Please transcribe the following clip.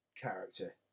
character